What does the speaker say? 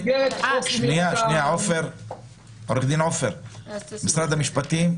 נציג משרד המשפטים,